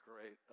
great